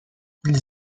ils